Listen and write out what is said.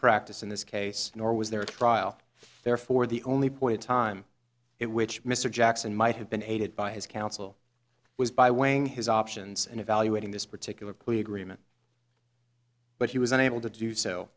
practice in this case nor was there a trial therefore the only point in time it which mr jackson might have been aided by his counsel was by weighing his options and evaluating this particular plea agreement but he was unable to do so